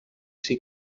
s’hi